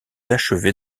achevés